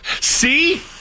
See